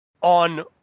on